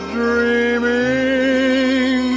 dreaming